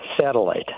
satellite